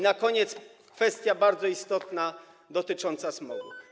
Na koniec kwestia bardzo istotna, dotycząca smogu.